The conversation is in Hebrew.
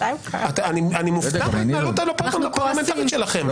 אני מופתע מההתנהלות הלא פרלמנטרית שלכם.